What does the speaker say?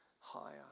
higher